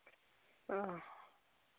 ᱚ